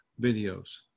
videos